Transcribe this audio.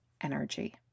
energy